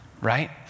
right